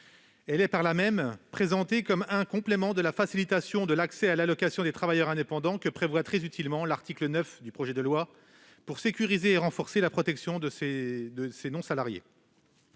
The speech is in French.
Elle est, par là même, présentée comme un complément de la facilitation de l'accès à l'allocation des travailleurs indépendants, que prévoit très utilement l'article 9, visant à sécuriser et renforcer la protection de ces non-salariés.